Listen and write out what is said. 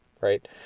Right